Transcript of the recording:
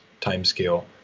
timescale